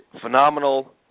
phenomenal